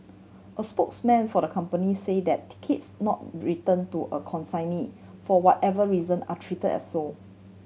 a spokesman for the company say that tickets not return to a consignee for whatever reason are treat as sold